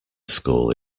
school